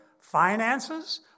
finances